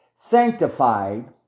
sanctified